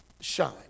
shine